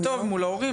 במקרה הטוב מול ההורים,